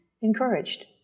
encouraged